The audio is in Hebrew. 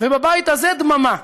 ובבית הזה, דממה.